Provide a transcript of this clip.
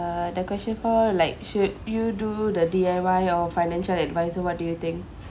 uh the question for like should you do the D_I_Y or financial advisor what do you think